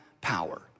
power